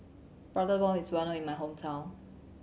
Prata Bomb is well known in my hometown